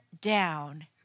down